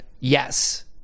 yes